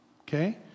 okay